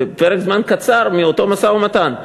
בפרק זמן קצר מאותו משא-ומתן.